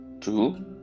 two